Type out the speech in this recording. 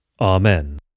Amen